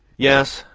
yes,